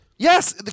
Yes